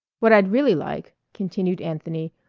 what i'd really like, continued anthony,